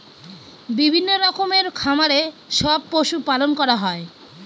বিভিন্ন রকমের খামারে সব পশু পালন করা হয়